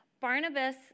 Barnabas